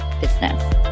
business